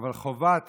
אבל חובת